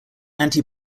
anti